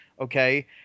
okay